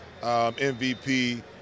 MVP